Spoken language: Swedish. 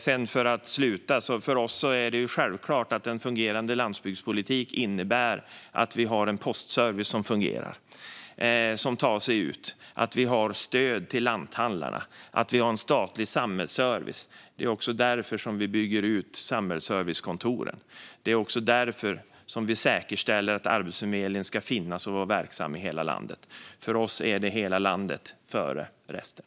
Jag kan avsluta med att säga: För oss är det självklart att en fungerande landsbygdspolitik innebär att vi har en postservice som fungerar och som tar sig ut, att vi har stöd till lanthandlarna och att vi har en statlig samhällsservice. Det är därför som vi bygger ut samhällsservicekontoren. Det är därför som vi säkerställer att Arbetsförmedlingen ska finnas och vara verksam i hela landet. För oss är det hela landet före resten.